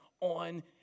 on